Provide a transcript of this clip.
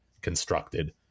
constructed